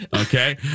okay